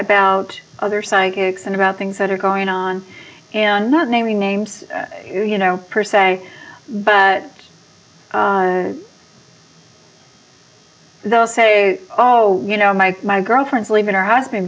about other psychics and about things that are going on and not naming names you know per se but they'll say oh you know my my girlfriend's leaving her husband